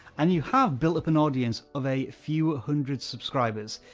and you have built up an audience of a few hundred subscribers,